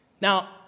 Now